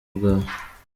bwawe